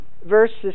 verses